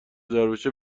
داربشه